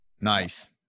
Nice